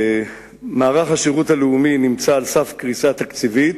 מערך השירות הלאומי נמצא על סף קריסה תקציבית,